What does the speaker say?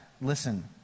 listen